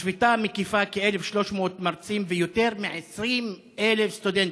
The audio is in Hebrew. השביתה מקיפה כ-1,300 מרצים ויותר מ-20,000 סטודנטים,